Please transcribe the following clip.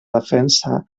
defensa